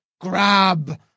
Grab